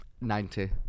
Ninety